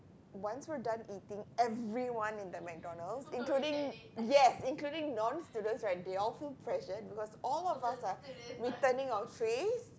once we're done eating everyone in McDonald's including yes including non students they're also pressured because all of us are returning our trays